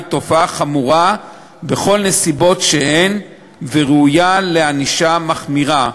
תופעה חמורה בכל הנסיבות וראוי לענישה מחמירה.